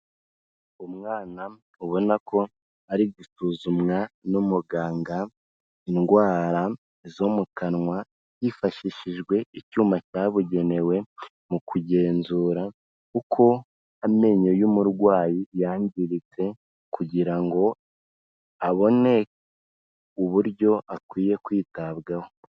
Umwana ubona ko ari gusuzumwa n'umuganga, indwara zo mu kanwa, hifashishijwe icyuma cyabugenewe, mu kugenzura uko amenyo y'umurwayi yangiritse kugira ngo abone uburyo akwiye kwitabwaho.